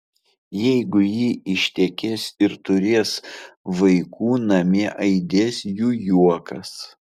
jeigu ji ištekės ir turės vaikų namie aidės jų juokas